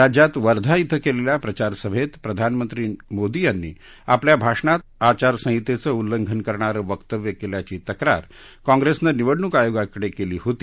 राज्यात वर्धा इथं केलेल्या प्रचार सभेत प्रधानमंत्री मोदी यांनी आपल्या भाषणात आदर्श आचारसंहितेचं उल्लंघन करणारं वक्तव्य केल्याची तक्रार काँप्रेसनं निवडणूक आयोगाकडे केली होती